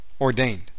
ordained